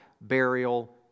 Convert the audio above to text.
burial